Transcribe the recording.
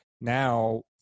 now